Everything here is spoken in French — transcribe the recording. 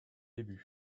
débuts